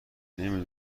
نمی